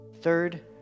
Third